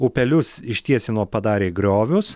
upelius ištiesino padarė griovius